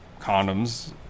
condoms